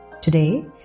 Today